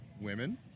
women